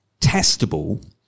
testable